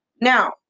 now